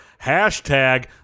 Hashtag